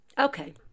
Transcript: Okay